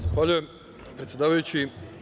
Zahvaljujem, predsedavajući.